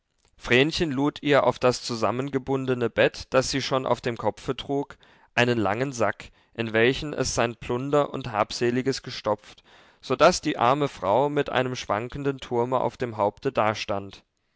vrenchen lud ihr auf das zusammengebundene bett das sie schon auf dem kopfe trug einen langen sack in welchen es sein plunder und habseliges gestopft so daß die arme frau mit einem schwankenden turme auf dem haupte